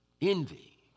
envy